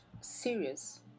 serious